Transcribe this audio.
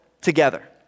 together